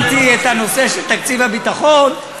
הסברתי את הנושא של תקציב הביטחון,